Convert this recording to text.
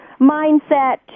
mindset